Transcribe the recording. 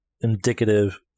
indicative